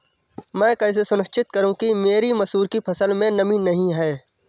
मैं कैसे सुनिश्चित करूँ कि मेरी मसूर की फसल में नमी नहीं है?